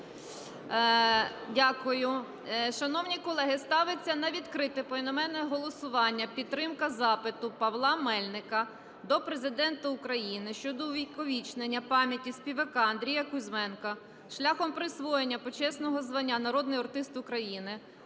Дякую. Шановні колеги, ставиться на відкрите поіменне голосування підтримка запиту Павла Мельника до Президента України щодо увіковічення пам'яті співака Андрія Кузьменка шляхом присвоєння почесного звання "Народний артист України",